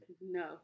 No